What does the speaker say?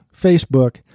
Facebook